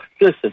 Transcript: listen